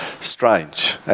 strange